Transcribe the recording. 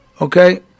okay